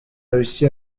réussi